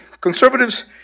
conservatives